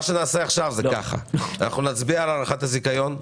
נצביע על הארכת הזיכיון.